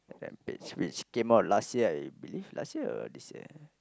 Rampage which came out last year I believe last year or this year